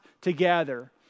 together